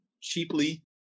cheaply